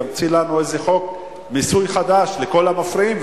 ימציא לנו איזה חוק מיסוי חדש לכל המפריעים,